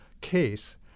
case